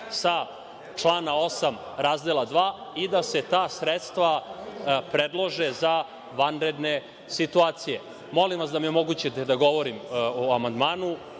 sa člana 8. razdela 2. i da se ta sredstva predlože za vanredne situacije. Molim vas da mi omogućite da govorim o amandmanu,